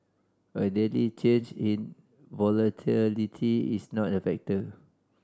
a daily change in volatility is not a factor